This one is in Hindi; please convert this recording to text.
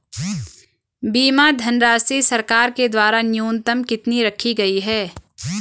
बीमा धनराशि सरकार के द्वारा न्यूनतम कितनी रखी गई है?